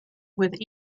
with